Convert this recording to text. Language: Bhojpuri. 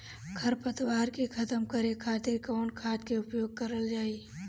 खर पतवार के खतम करे खातिर कवन खाद के उपयोग करल जाई?